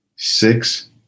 Six